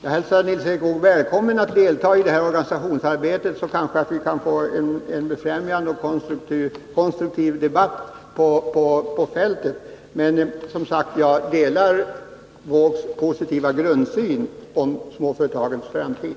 Jag hälsar Nils Erik Wååg välkommen att delta i detta organisationsarbete, så kanske vi kan få en befrämjande och konstruktiv debatt på fältet. Men, som sagt, jag delar Nils Erik Wåågs positiva grundsyn beträffande småföretagens framtid.